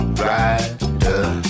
rider